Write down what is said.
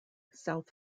south